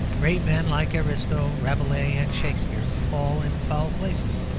great men like ariosto, rabelais, and shakspere fall in foul places,